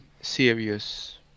serious